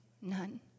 none